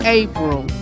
april